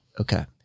Okay